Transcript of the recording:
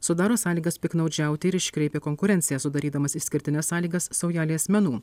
sudaro sąlygas piktnaudžiauti ir iškreipia konkurenciją sudarydamas išskirtines sąlygas saujelei asmenų